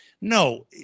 No